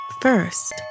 First